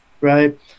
right